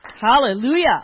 Hallelujah